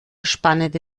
spannende